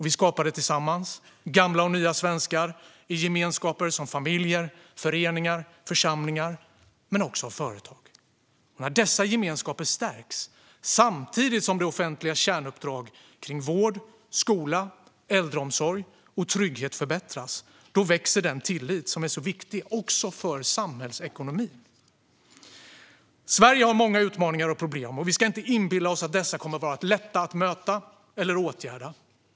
Vi skapar det tillsammans - gamla och nya svenskar, i gemenskaper som familjer, föreningar och församlingar men också företag. När dessa gemenskaper stärks, samtidigt som det offentligas kärnuppdrag kring vård, skola, äldreomsorg och trygghet förbättras, då växer den tillit som är så viktig också för samhällsekonomin. Sverige har många utmaningar och problem, och vi ska inte inbilla oss att dessa kommer att vara lätta att möta eller åtgärda.